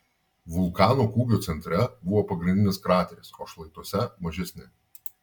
vulkano kūgio centre buvo pagrindinis krateris o šlaituose mažesni